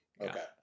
Okay